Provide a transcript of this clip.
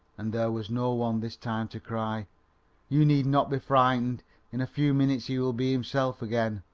and there was no one this time to cry you need not be frightened in a few minutes he will be himself again.